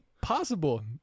possible